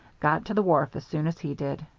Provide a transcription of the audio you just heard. got to the wharf as soon as he did.